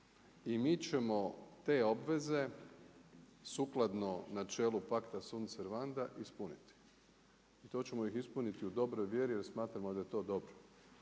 I mi ćemo te obveze sukladno načelu Pacta sunt servanda ispuniti. To ćemo ih ispunit u dobroj vjeri jer smatramo da je to dobro.